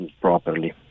properly